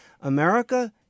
America